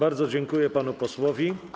Bardzo dziękuję panu posłowi.